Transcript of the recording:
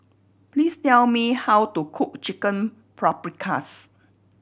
please tell me how to cook Chicken Paprikas